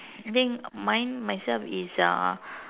I think mine myself is uh